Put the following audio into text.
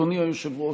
אדוני היושב-ראש,